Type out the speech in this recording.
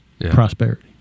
prosperity